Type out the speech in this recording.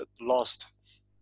lost